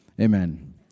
amen